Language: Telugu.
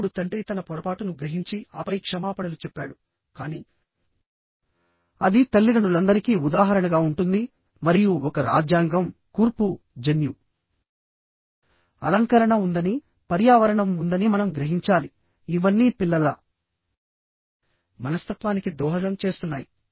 అప్పుడు తండ్రి తన పొరపాటును గ్రహించి ఆపై క్షమాపణలు చెప్పాడు కానీ అది తల్లిదండ్రులందరికీ ఉదాహరణగా ఉంటుంది మరియు ఒక రాజ్యాంగం కూర్పు జన్యు అలంకరణ ఉందనిపర్యావరణం ఉందని మనం గ్రహించాలి ఇవన్నీ పిల్లల మనస్తత్వానికి దోహదం చేస్తున్నాయి